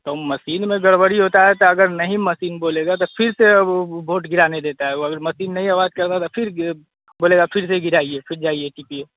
तो मसीन में गड़बड़ी होता है तो अगर तो नहीं मसीन बोलेगा तो फिर से वह वह वोट गिराने देता है वह अगर मसीन नहीं आवाज़ करता तो फिर गिरे बोलेगा फिर से गिराइए फिर जाएइ टिपिए